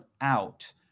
out